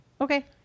Okay